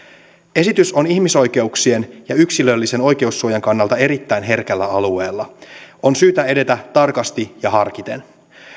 esitys on ihmisoikeuksien ja yksilöllisen oikeussuojan kannalta erittäin herkällä alueella on syytä edetä tarkasti ja harkiten